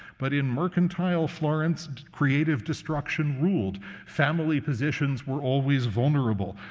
but in mercantile florence, creative destruction ruled family positions were always vulnerable.